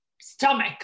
stomach